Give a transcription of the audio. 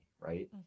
right